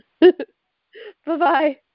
Bye-bye